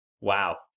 Wow